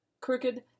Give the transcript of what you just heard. Crooked